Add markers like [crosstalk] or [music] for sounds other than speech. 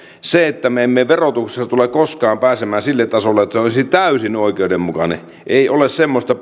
me emme verotuksessa tule koskaan pääsemään sille tasolle että se olisi täysin oikeudenmukainen ei ole semmoista [unintelligible]